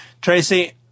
Tracy